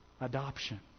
adoption